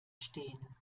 stehen